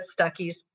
Stuckies